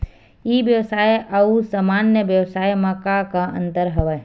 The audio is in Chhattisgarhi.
ई व्यवसाय आऊ सामान्य व्यवसाय म का का अंतर हवय?